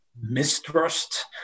mistrust